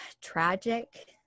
tragic